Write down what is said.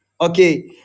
Okay